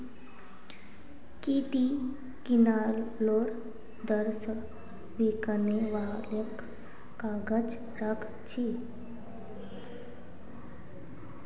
की ती किलोर दर स बिकने वालक काग़ज़ राख छि